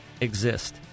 exist